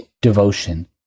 devotion